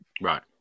Right